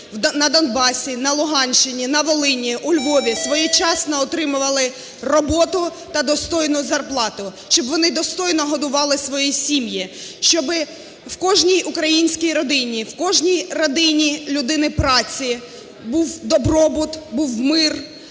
на Донбасі, на Луганщині, на Волині, у Львові своєчасно отримували роботу та достойну зарплату, щоб вони достойно годували свої сім'ї, щоби в кожній українській родині, в кожній родині людини праці був добробут, був мир